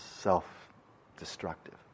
self-destructive